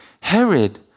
herod